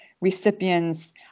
recipients